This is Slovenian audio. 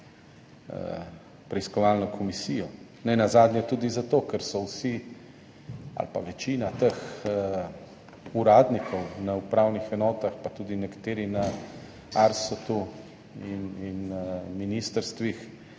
preiskovalno komisijo. Nenazadnje tudi zato, ker so vsi ali pa večina teh uradnikov na upravnih enotah, pa tudi nekateri na ARSU in ministrstvih,